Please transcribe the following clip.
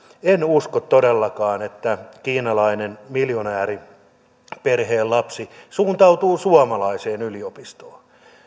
en usko todellakaan että kiinalainen miljonääriperheen lapsi suuntautuu suomalaiseen yliopistoon